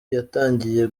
yatangiye